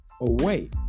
away